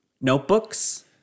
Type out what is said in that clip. Notebooks